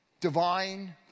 divine